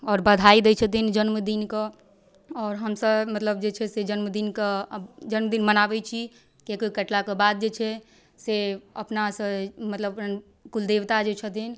आओर बधाइ दै छथिन जन्मदिनके आओर हमसब मतलब जे छै से जन्मदिनक जन्मदिन मनाबै छी केक उक कटलाके बाद जे छै से अपनासँ मतलब कुलदेवता जे छथिन